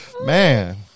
man